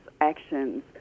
actions